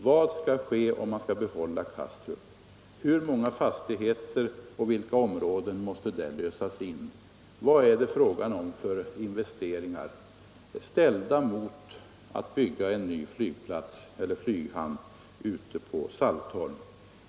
Vad kommer att ske om man behåller Kastrup som flygplats? Hur många fastigheter och vilka områden måste då lösas in? Vilka investeringar blir det fråga om, ställda mot alternativet att bygga en ny flygplats eller flyghamn ute på Saltholm?